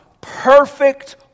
perfect